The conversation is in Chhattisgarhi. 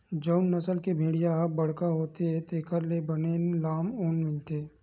जउन नसल के भेड़िया ह बड़का होथे तेखर ले बने लाम ऊन मिलथे